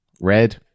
Red